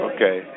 Okay